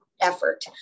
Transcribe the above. effort